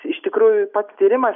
iš tikrųjų pats tyrimas